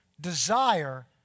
desire